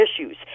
issues